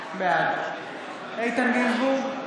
בעד איתן גינזבורג,